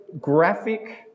Graphic